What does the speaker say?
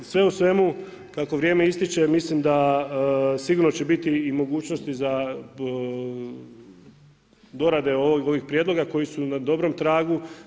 Sve u svemu kako vrijeme istječe mislim da sigurno će biti i mogućnosti za dorade ovih prijedloga koji su na dobrom tragu.